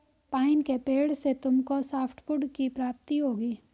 pine के पेड़ से तुमको सॉफ्टवुड की प्राप्ति होगी